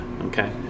Okay